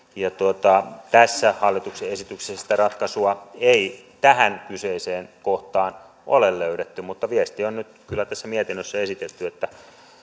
tässä hallituksen esityksessä sitä ratkaisua ei tähän kyseiseen kohtaan ole löydetty mutta viesti on nyt kyllä tässä mietinnössä esitetty